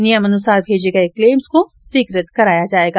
नियमानुसार भेजे गये क्लेम्स को स्वीकृत कराया जायेगा